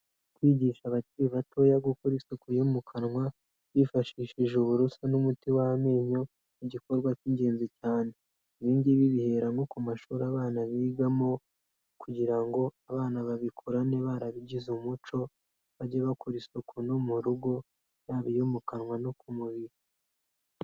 Kwigisha abakiri batoya gukora isuku yo mu kanwa, bifashishije uburoso n'umuti w'amenyo, ni igikorwa cy'ingenzi cyane. Ibi ngibi bibihera nko ku mashuri abanza bigamo kugira ngo abana babikurane barabigize umuco, bajye bakora isuku no mu rugo, yaba iyo mu kanwa no ku mubiri.